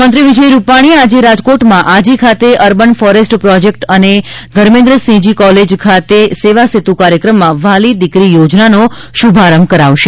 મુખ્યમંત્રી વિજય રૂપાણી આજે રાજકોટમાં આજી ખાતે અર્બન ફોરેસ્ટ પ્રોજેક્ટ અને ધર્મેન્દ્રસિંહજી કોલેજ ખાતે સેવાસેતુ કાર્યક્રમમાં વ્હાલી દિકરી યોજનાનો શુભારંભ કરાવશે